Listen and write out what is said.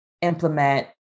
implement